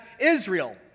Israel